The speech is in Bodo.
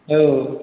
औ